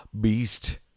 Beast